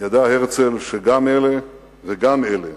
ידע הרצל שגם אלה וגם אלה